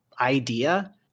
idea